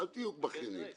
אל תהיו פסימיים.